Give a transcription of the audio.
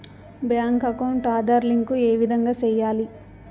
Bank account Aadhaar link ఏ విధంగా సెయ్యాలి?